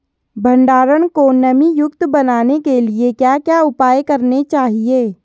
भंडारण को नमी युक्त बनाने के लिए क्या क्या उपाय करने चाहिए?